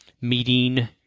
meeting